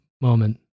moment